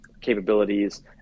capabilities